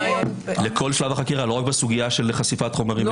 לכל שלב החקירה, לא רק בסוגיה של חשיפת חומרים.